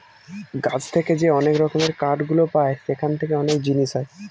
গাছ থেকে যে অনেক রকমের কাঠ গুলো পায় সেখান থেকে অনেক জিনিস হয়